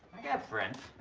got friends.